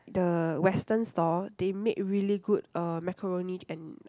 the Western stall they make really good uh macaroni and like